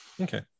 Okay